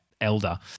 elder